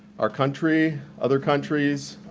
our country, other countries,